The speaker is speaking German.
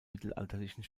mittelalterlichen